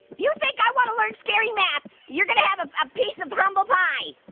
you think i wanna learn scary math, you're gonna have a ah piece of humble pie.